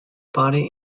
party